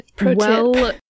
well-